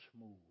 smooth